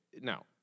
now